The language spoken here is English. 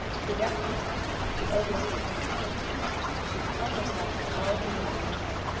directly the ogress returned home she flung herself with all her weight on the bed,